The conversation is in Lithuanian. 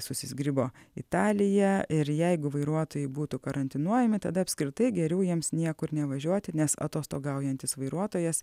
susizgribo italija ir jeigu vairuotojai būtų karantinuojami tada apskritai geriau jiems niekur nevažiuoti nes atostogaujantis vairuotojas